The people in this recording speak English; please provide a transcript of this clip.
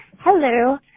Hello